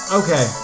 okay